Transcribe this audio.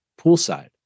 poolside